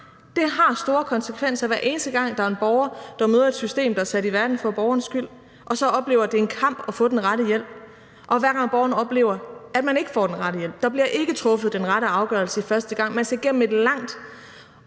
Det har store konsekvenser, hver eneste gang der er en borger, der møder et system, der er sat i verden for borgerens skyld, og så oplever, at det er en kamp at få den rette hjælp. Det har det, hver gang borgeren oplever, at man ikke får den rette hjælp, og at der ikke bliver truffet den rette afgørelse første gang, men at man skal igennem et langt,